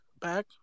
back